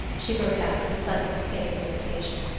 she broke out with a sudden escape of irritation.